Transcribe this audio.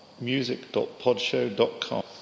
music.podshow.com